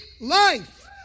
life